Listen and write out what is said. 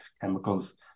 chemicals